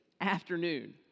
afternoon